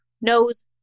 knows